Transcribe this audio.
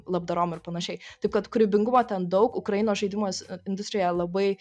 labdarom ir panašiai taip kad kūrybingumo ten daug ukrainos žaidimuos industrija labai